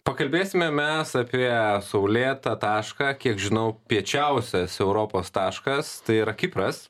pakalbėsime mes apie saulėtą tašką kiek žinau piečiausias europos taškas tai yra kipras